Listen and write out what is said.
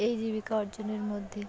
এই জীবিকা অর্জনের মধ্যে